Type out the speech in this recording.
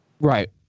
Right